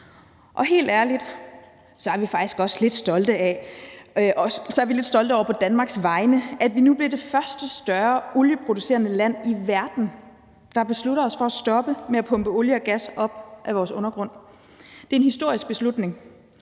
Og helt ærligt er vi faktisk også lidt stolte på Danmarks vegne over, at vi nu bliver det første større olieproducerende land i verden, der beslutter os for at stoppe med at pumpe olie og gas op af vores undergrund. Det er en historisk beslutning,